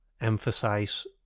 emphasize